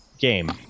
game